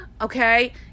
Okay